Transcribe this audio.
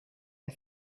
der